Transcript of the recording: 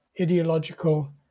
ideological